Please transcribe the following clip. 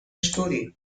story